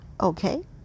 Okay